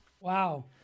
Wow